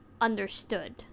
understood